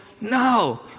No